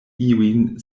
iujn